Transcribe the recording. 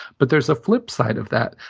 but there's a flip side of that.